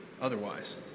otherwise